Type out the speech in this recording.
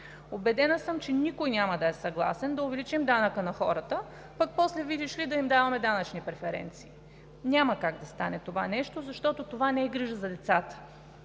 Убедена съм, че никой няма да е съгласен да увеличим данъка на хората, а пък после, видиш ли, да им даваме данъчни преференции. Няма как да стане това нещо, защото това не е грижа за децата.